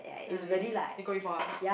really you go before ah